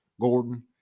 Gordon